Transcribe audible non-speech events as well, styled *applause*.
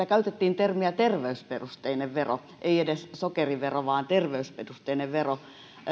*unintelligible* käytettiin termiä terveysperusteinen vero ei edes sokerivero vaan terveysperusteinen vero